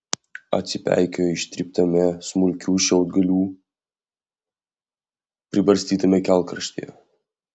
atsipeikėjo ištryptame smulkių šiaudgalių pribarstytame kelkraštyje